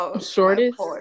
Shortest